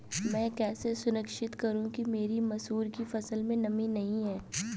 मैं कैसे सुनिश्चित करूँ कि मेरी मसूर की फसल में नमी नहीं है?